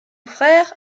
frère